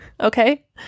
Okay